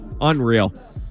Unreal